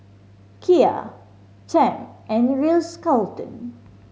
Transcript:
Kia Term and the Ritz Carlton